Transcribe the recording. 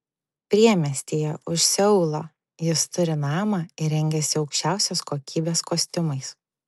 priemiestyje už seulo jis turi namą ir rengiasi aukščiausios kokybės kostiumais